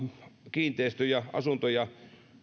kiinteistöjä asuntoja